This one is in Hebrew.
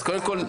אז קודם כל,